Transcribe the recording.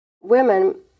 Women